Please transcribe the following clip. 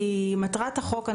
כי מטרת החוק,